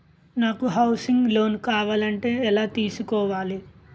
నాకు housing loan కావాలంటే ఎలా తీసుకోవాలి?